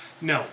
No